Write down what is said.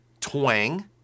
twang